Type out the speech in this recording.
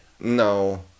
No